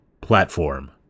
platform